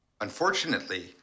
Unfortunately